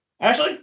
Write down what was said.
Ashley